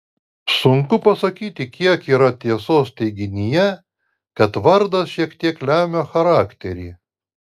sunku pasakyti kiek yra tiesos teiginyje kad vardas šiek tiek lemia charakterį